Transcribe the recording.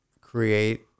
create